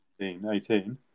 18